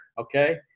okay